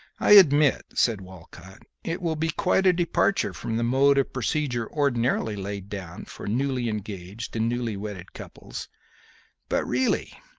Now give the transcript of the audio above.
i admit, said walcott, it will be quite a departure from the mode of procedure ordinarily laid down for newly engaged and newly wedded couples but really,